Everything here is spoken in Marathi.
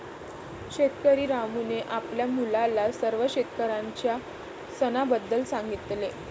शेतकरी रामूने आपल्या मुलाला सर्व शेतकऱ्यांच्या सणाबद्दल सांगितले